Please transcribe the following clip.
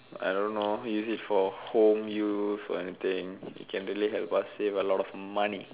I don't know use it for home use or anything it can really help us save a lot of money